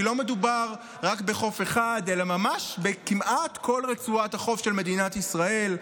כי לא מדובר רק בחוף אחד אלא ממש בכמעט כל רצועת החוף של מדינת ישראל: